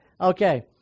Okay